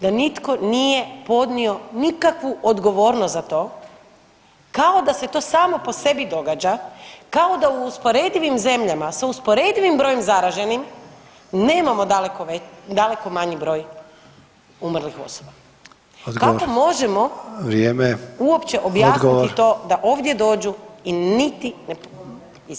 Da nitko nije podnio nikakvu odgovornost za to, kao da se to samo po sebi događa, kao da u usporedivim zemljama, sa usporedivim brojem zaraženim nemamo daleko manji broj umrlih osoba [[Upadica: Odgovor.]] Kako možemo [[Upadica: Vrijeme.]] uopće objasniti to [[Upadica: Odgovor.]] da ovdje dođu i niti ne ponude ispriku.